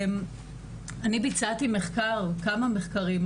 אני ביצעתי כמה מחקרים,